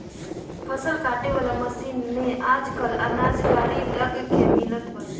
फसल काटे वाला मशीन में आजकल अनाज गाड़ी लग के मिलत बा